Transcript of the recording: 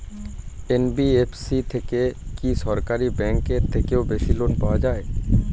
NBFC থেকে কি সরকারি ব্যাংক এর থেকেও বেশি লোন পাওয়া যায়?